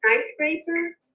skyscraper